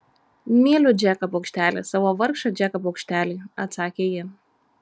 myliu džeką paukštelį savo vargšą džeką paukštelį atsakė ji